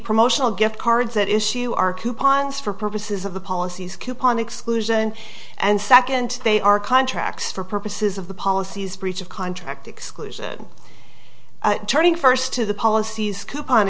promotional gift cards that issue are coupons for purposes of the policies coupon exclusion and second they are contracts for purposes of the policies breach of contract exclusion turning first to the policies coupon